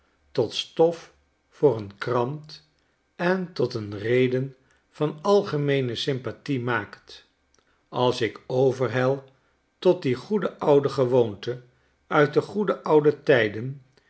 tot stof voor een krant en tot een reden van algemeene sympathie maakt als ik overhel tot die goede oude gewoonte uit die goede oude tijden